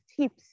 tips